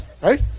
Right